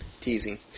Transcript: Teasing